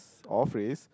or phrase